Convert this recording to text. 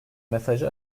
mesajı